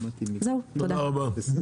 תודה רבה.